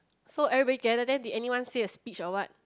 so everybody gather then did anyone say a speech or what